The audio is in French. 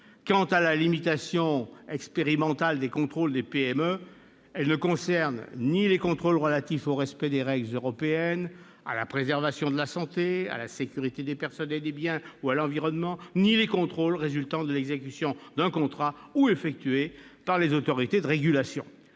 Quant à la limitation expérimentale des contrôles des petites et moyennes entreprises, les PME, elle ne concerne ni les contrôles relatifs au respect des règles européennes, à la préservation de la santé, à la sécurité des personnes et des biens ou à l'environnement ni les contrôles résultant de l'exécution d'un contrat ou effectués par une autorité de régulation.